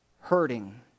hurting